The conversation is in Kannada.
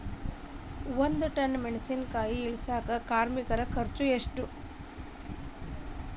ಒಂದ್ ಟನ್ ಮೆಣಿಸಿನಕಾಯಿ ಇಳಸಾಕ್ ಕಾರ್ಮಿಕರ ಖರ್ಚು ಎಷ್ಟು?